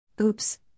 Oops